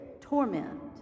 torment